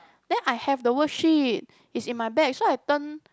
then I have the worksheet is in my bag so I turn